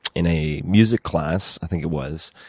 in a music class, i think it was,